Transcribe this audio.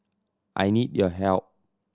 I need your help